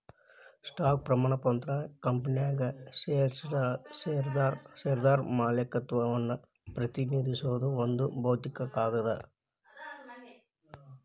stock ಪ್ರಮಾಣ ಪತ್ರ ಕಂಪನ್ಯಾಗ ಷೇರ್ದಾರ ಮಾಲೇಕತ್ವವನ್ನ ಪ್ರತಿನಿಧಿಸೋ ಒಂದ್ ಭೌತಿಕ ಕಾಗದ